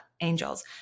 angels